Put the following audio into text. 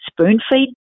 spoon-feed